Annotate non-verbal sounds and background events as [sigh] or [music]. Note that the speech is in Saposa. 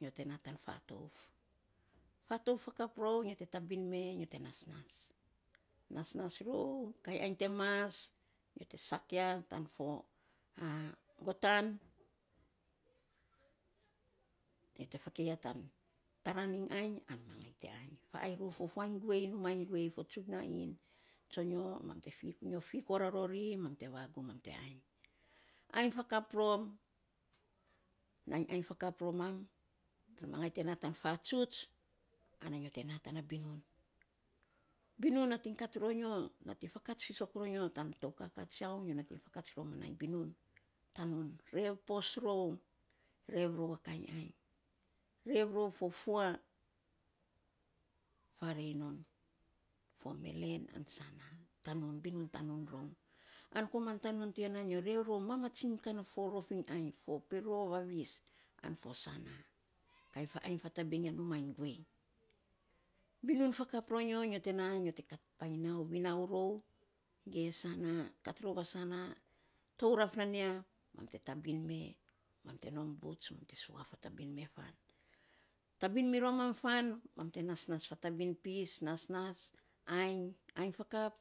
no te na ta fatouf. fatouf fakap ron nyo ta tabin me, nyo te nasnas, nasnas rou. Kainy ainy te mas nyo te sak ya tan fo [hesitation] nyo fiko raro ri mam te vagum mam te ainy. aimy fakap rom [noise] nainy ainy fakap ro mam, an mangai te na tan fatsuts ana nyo te na tana binum. binum nating kat no nyo natiny fakats fisok ro nyo tan tou kaka tsonyo, nyo natiny fakats rou ma nainy binun tanun, rev pos rou, rev rou a kaniy ainy, rev rou fua farei non fo melen an sana tanum binun tanun rou an koman tanun to aiya nan nyo rev rou mamatsik kana rof iny ainy, fo pero vavis an fo sana kainy fa ainy fatabin fo numainy guei binun fakap ro nyo, nyo te na nyo te kat painy nau vinau rou ge sana kat rou sana touraf nan ya nyo te tabin me mam te nom butts mam te sua fatabin faan. tabin mi romam faan mam te nasnas fatabin pis, nasnas ainy fakap.